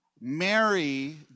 Mary